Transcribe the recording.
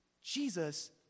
jesus